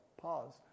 Pause